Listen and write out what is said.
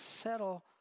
settle